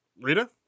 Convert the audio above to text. Rita